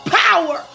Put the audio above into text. power